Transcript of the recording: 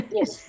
Yes